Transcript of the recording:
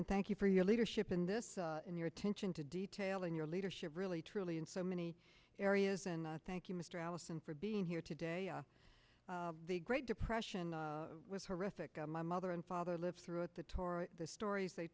and thank you for your leadership in this in your attention to detail and your leadership really truly in so many areas and thank you mr allison for being here today the great depression was horrific my mother and father lived through it the torah the stories they